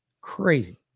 crazy